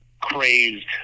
crazed